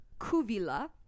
Kuvila